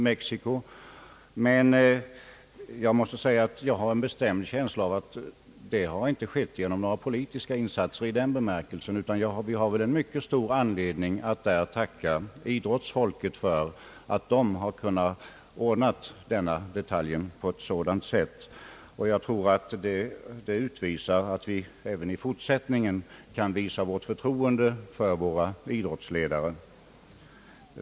Men jag har en bestämd känsla av att detta inte har skett genom några politiska insatser, utan vi har väl en mycket stor anledning att tacka idrottsfolket för att man har kunnat ordna detta. Det innebär att vi även i fortsättningen kan hysa förtroende för våra idrottsledare.